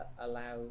allow